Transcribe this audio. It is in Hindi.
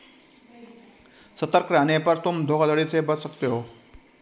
सतर्क रहने पर तुम धोखाधड़ी से बच सकते हो